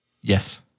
Yes